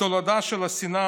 התולדה של השנאה